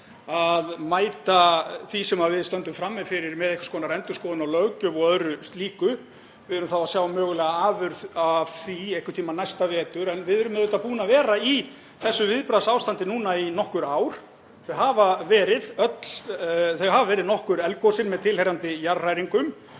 að mæta því sem við stöndum frammi fyrir með einhvers konar endurskoðun á löggjöf og öðru slíku. Við erum þá að sjá mögulega afurð af því einhvern tímann næsta vetur en við erum auðvitað búin að vera í þessu viðbragðsástandi núna í nokkur ár. Þau hafa verið nokkur eldgosin með tilheyrandi jarðhræringum